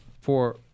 For